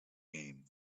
game